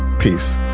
peace